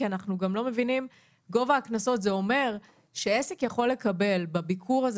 כי גובה הקנסות זה אומר שעסק יכול לקבל בביקור הזה